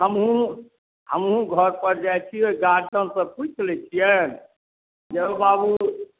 हमहुँ हमहुँ घर पर जाइत छी ओहि गार्जियनसँ पुछि लय छिअनि जे हौ बाबू